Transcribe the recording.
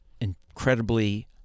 incredibly